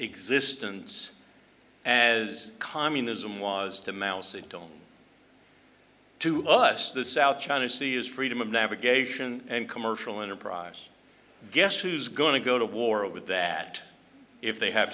existence as communism was to mouse it doan to us the south china sea is freedom of navigation and commercial enterprise guess who's going to go to war with that if they have